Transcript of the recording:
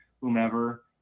whomever